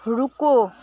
रुको